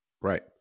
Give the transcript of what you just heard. Right